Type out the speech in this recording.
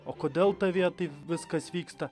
o kodėl tavyje taip viskas vyksta